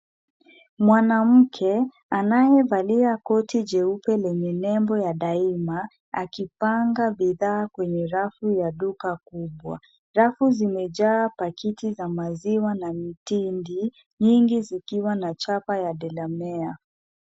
Mwanamke, anayevalia koti jeupe lenye nembo ya Daima, akipanga bidhaa kwenye rafu ya duka kubwa. Rafu zimejaa pakiti za maziwa na mtindi, mingi zikuwa na chapa ya Delamere.